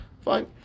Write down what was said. Fine